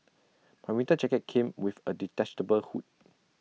my winter jacket came with A detachable hood